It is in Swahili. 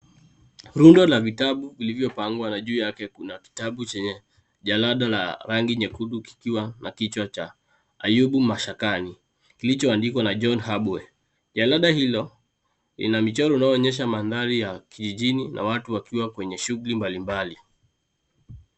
Rundo la vitabu lilivyopangwa na juu yake kuna kitabu chenye jalada la rangi nyekundu kikiwa na kichwa cha Ayubu Mashakani kilichoandikwa na John Habwe. Jalada hilo lina michoro inayoonyesha mandhari ya kijijini na watu wakiwa kwenye shughuli mbalimbali.